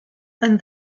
and